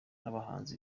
n’abahanzi